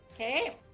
Okay